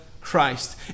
Christ